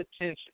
attention